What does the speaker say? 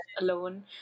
alone